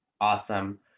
Awesome